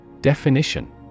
Definition